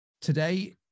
Today